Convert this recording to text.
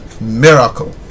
miracle